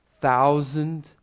thousand